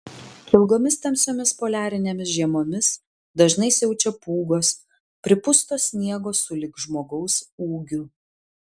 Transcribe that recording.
ilgomis tamsiomis poliarinėmis žiemomis dažnai siaučia pūgos pripusto sniego sulig žmogaus ūgiu